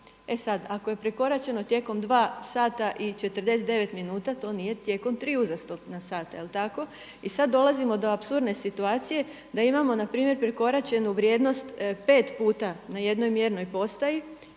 E sad, ako je prekoračeno tijekom dva sata i 49 minuta to nije tijekom tri uzastopna sata. Jel' tako? I sad dolazimo do apsurdne situacije da imamo na primjer prekoračenu vrijednost pet puta na jednoj mjernoj postaji,